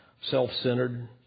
self-centered